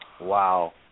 Wow